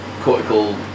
cortical